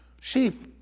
Sheep